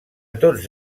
tots